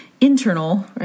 internal